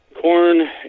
corn